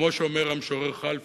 כמו שאומר המשורר חלפי.